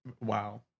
wow